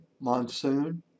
monsoon